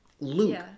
Luke